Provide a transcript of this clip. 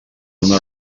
una